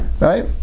Right